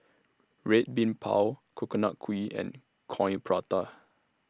Red Bean Bao Coconut Kuih and Coin Prata